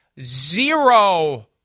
zero